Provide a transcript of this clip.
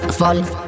fall